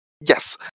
yes